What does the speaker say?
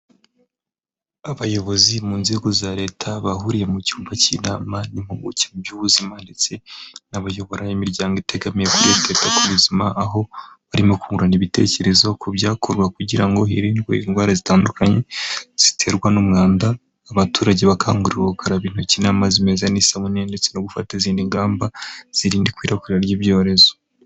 Abayobozi mu nzego za leta bahuriye mu cyumba cy'inama n'impuguke mu by'ubuzima ndetse n'abayobora imiryango itegamiye kuri leta ku buzima, aho barimo kungurana ibitekerezo ku byakorwa kugira ngo hirindwe indwara zitandukanye ziterwa n'umwanda. Abaturage bakangurirwa gukaraba intoki n'amazi meza n'isabune ndetse no gufata izindi ngamba zirinda ikwirakwira ry'ibyorezo.